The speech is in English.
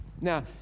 Now